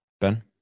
Ben